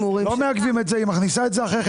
לא מעכבים את זה, היא מכניסה את זה אחרי כן.